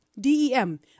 D-E-M